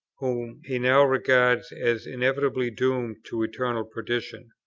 whom he now regards as inevitably doomed to eternal perdition.